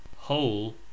Whole